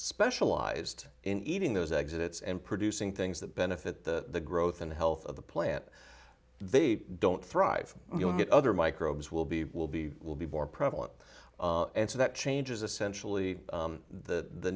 specialized in eating those exits and producing things that benefit the growth and health of the plant they don't thrive you'll get other microbes will be will be will be more prevalent and so that changes essentially the